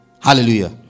Hallelujah